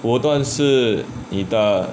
果断是你的